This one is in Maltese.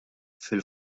fil